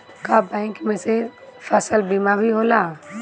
का बैंक में से फसल बीमा भी होला?